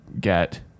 get